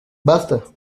basta